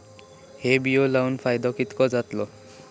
हे बिये लाऊन फायदो कितको जातलो?